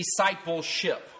discipleship